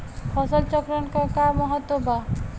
फसल चक्रण क का महत्त्व बा?